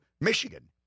Michigan